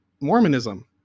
Mormonism